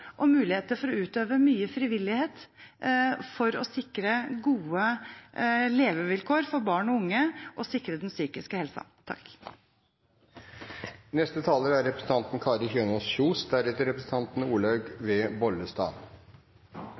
og muligheter for å utøve mye frivillighet for å sikre gode levevilkår for barn og unge og sikre den psykiske